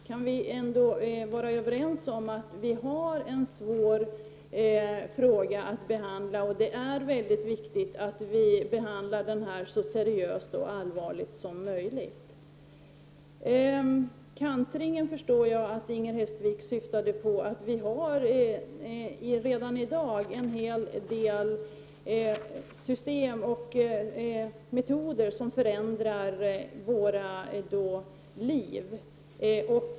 Kan vi inte vara överens om att vi har en svår fråga att behandla och att det är mycket viktigt att vi behandlar den så allvarligt och seriöst som möjligt? Inger Hestvik talade om kantringen. Vi har redan i dag en hel del system och metoder som förändrar våra liv.